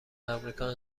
آمریکا